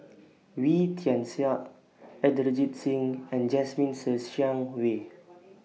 Wee Tian Siak Inderjit Singh and Jasmine Ser Xiang Wei